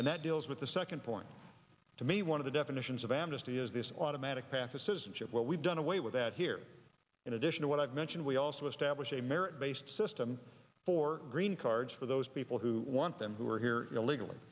and that deals with the second point to me one of the definitions of amnesty is this automatic path to citizenship what we've done away with that here in addition to what i've mentioned we also establish a merit based system for green cards for those people who want them who are here illegally